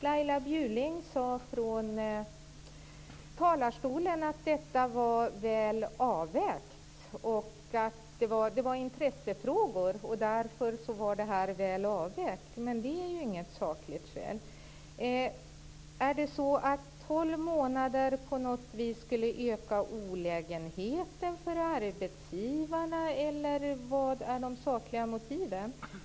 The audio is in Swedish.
Laila Bjurling sade från talarstolen att det var intressefrågor och därför var detta väl avvägt, men det är ju inget sakligt skäl. Skulle 12 månader på något vis öka olägenheten för arbetsgivarna, eller vad är de sakliga motiven?